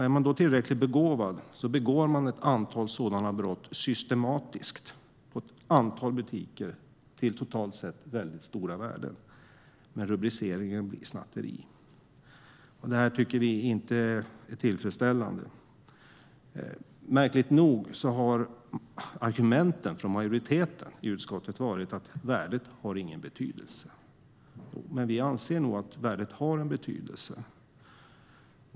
Är man då tillräckligt begåvad begår man ett antal sådana brott systematiskt i ett antal butiker till totalt sett väldigt stora värden. Men rubriceringen blir snatteri. Det här tycker vi inte är tillfredsställande. Märkligt nog har argumentet från majoriteten i utskottet varit att värdet inte har någon betydelse. Vi anser nog att värdet har betydelse.